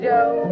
Joe